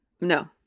no